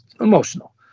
emotional